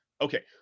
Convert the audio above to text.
okay